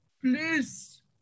please